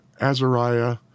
Azariah